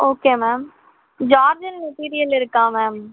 okay ma'am Jharkhand material இருக்கா ma'am